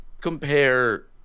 compare